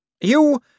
You